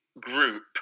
group